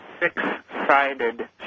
six-sided